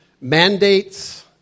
mandates